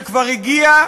שכבר הגיעה,